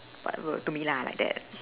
whatever to me lah like that